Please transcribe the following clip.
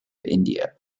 india